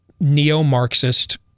neo-Marxist